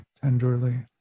tenderly